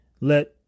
let